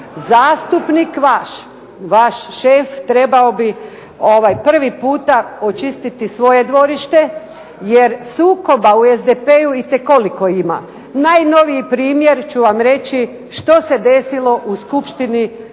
zastupnik vaš, vaš šef trebao bi prvi puta očistiti svoje dvorište jer sukoba u SDP-u itekoliko ima. Najnoviji primjer ću vam reći što se desilo u skupštini